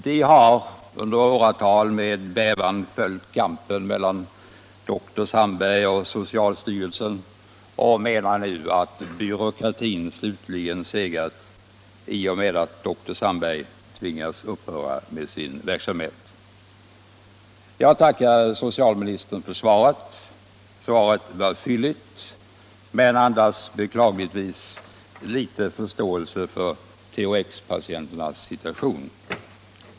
De har i åratal med bävan följt kampen mellan doktor Sandberg och socialstyrelsen och menar att byråkratin nu slutgiltigt har segrat i och med att doktor Sandberg tvingas upphöra med sin verksamhet. Jag tackar socialministern för svaret. Det var fylligt, men andas beklagligtvis föga av förståelse för THX-patienternas situation.